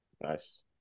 nice